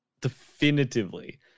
definitively